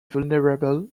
vulnerable